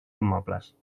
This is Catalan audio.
immobles